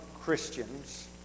Christians